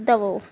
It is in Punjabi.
ਦਵੋ